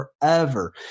forever